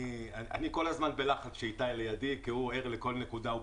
אני כל הזמן בלחץ כשאיתי לידי כי הוא ער לכל נקודה ופסיק.